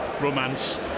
romance